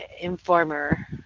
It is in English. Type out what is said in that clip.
informer